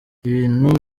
ibintu